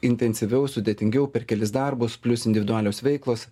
intensyviau sudėtingiau per kelis darbus plius individualios veiklos